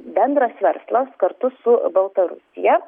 bendras verslas kartu su baltarusija